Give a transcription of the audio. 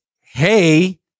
hey